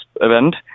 event